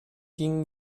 gingen